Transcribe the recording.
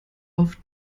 auf